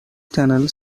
tunnel